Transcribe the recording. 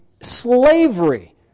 slavery